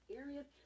areas